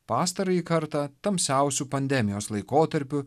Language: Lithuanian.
pastarąjį kartą tamsiausiu pandemijos laikotarpiu